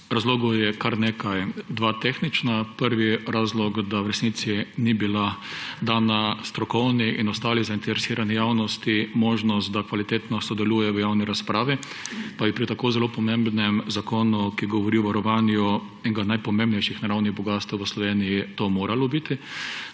Razlogov je kar nekaj; dva tehnična. Prvi razlog, da v resnici ni bila dana strokovni in ostali zainteresirani javnosti možnost, da kvalitetno sodeluje v javni razpravi, pa bi pri tako pomembnem zakonu, ki govori o varovanju enega najpomembnejših naravnih bogastev v Sloveniji, to moralo biti.